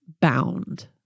bound